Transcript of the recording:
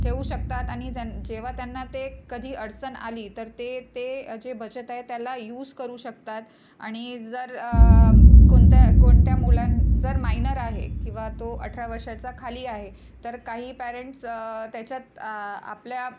ठेवू शकतात आणि त्यां जेव्हा त्यांना ते कधी अडचण आली तर ते ते जे बचत आहे त्याला यूज करू शकतात आणि जर कोणत्या कोणत्या मुलां जर मायनर आहे किंवा तो अठरा वर्षांच्या खाली आहे तर काही पॅरेंट्स त्याच्यात आ आपल्या